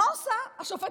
מה עושה השופטת,